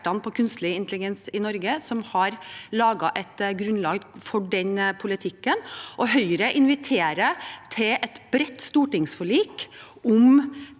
på kunstig intelligens i Norge, som har laget et grunnlag for den politikken, og Høyre inviterer til et bredt stortingsforlik om